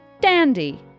Dandy